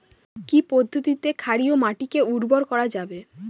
কি পদ্ধতিতে ক্ষারকীয় মাটিকে উর্বর করা যাবে?